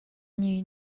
gnü